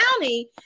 County